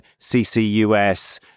CCUS